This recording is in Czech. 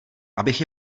abych